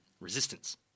resistance